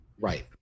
Right